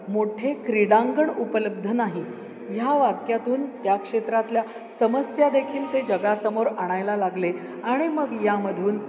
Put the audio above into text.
मोठे क्रीडांगण उपलब्ध नाही ह्या वाक्यातून त्या क्षेत्रातल्या समस्या देखील ते जगासमोर आणायला लागले आणि मग यामधून